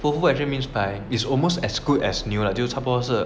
fufu actually means like is almost as good as new 就差不多是